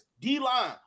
D-line